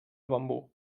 bambú